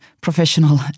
professional